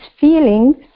feelings